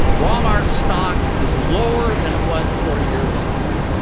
walmart's stock is lower than it was four years ago.